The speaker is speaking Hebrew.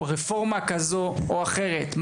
על רפורמה כזו או אחרת,